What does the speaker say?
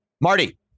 Marty